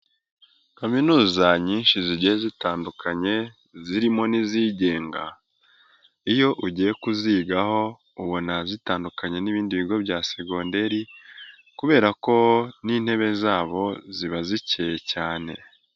Kaminuza nyinshi zigiye zitandukanye zirimo n'izigenga, iyo ugiye kuzigaho ubona zitandukanye n'ibindi bigo bya segonderi, kubera ko n'intebe zabo ziba zikeye cyane.